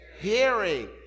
Hearing